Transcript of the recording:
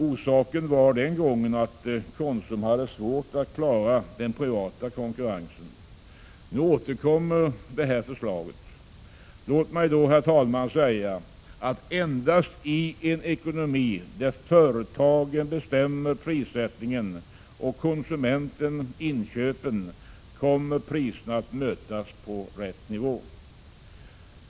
Orsaken var den gången att Konsum hade svårt att klara den privata konkurrensen. Nu återkommer detta förslag. Låt mig då, herr talman, säga att endast i en ekonomi där företagen bestämmer prissättningen och konsumenten inköpen kommer priserna att mötas på rätt nivå.